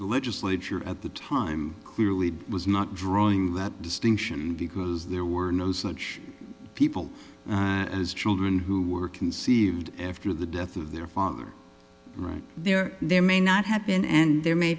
your legislature at the time clearly was not drawing that distinction because there were no such people as children who were conceived after the death of their father right there there may not have been and there may